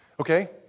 Okay